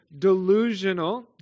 delusional